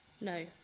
No